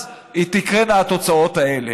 אז תקרינה התוצאות האלה.